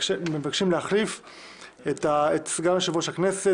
מבקשים להחליף את סגן יושב-ראש הכנסת,